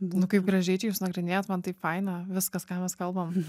nu kaip gražiai čia jūs nagrinėjat man taip faina viskas ką mes kalbam